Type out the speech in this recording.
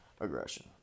Aggression